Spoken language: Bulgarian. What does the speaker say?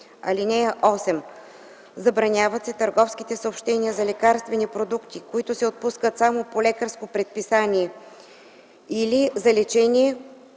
(8) Забраняват се търговските съобщения за лекарствени продукти, които се отпускат само по лекарско предписание, или за лечение,